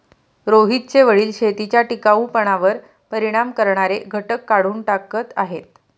रोहितचे वडील शेतीच्या टिकाऊपणावर परिणाम करणारे घटक काढून टाकत आहेत